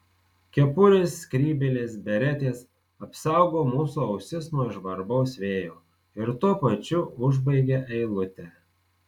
kepurės skrybėlės beretės apsaugo mūsų ausis nuo žvarbaus vėjo ir tuo pačiu užbaigia eilutę